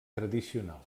tradicional